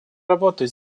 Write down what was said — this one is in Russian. работать